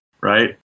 right